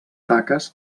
taques